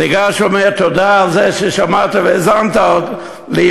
הוא ניגש ואומר: תודה על זה ששמעת והאזנת לי.